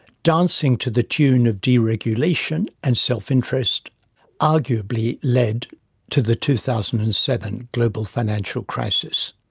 dancing to the tune of deregulation and self-interest, arguably led to the two thousand and seven global financial crisis.